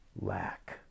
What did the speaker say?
lack